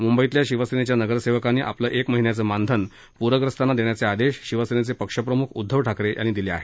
मुंबईतील शिवसेनेच्या नगरसेवकांनी आपलं एका महिन्याचं मानधन पूरग्रस्तांना देण्याचे आदेश शिवसेनेचे पक्ष प्रमुख उध्दव ठाकरे यांनी दिले आहेत